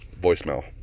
voicemail